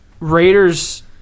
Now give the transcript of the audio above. Raiders